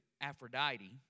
Aphrodite